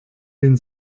den